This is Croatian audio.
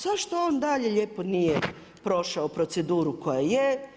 Zašto on dalje lijepo nije prošao proceduru koja je?